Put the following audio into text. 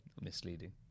misleading